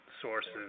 sources